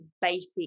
basic